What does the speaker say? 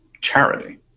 charity